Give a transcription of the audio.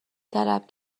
طلب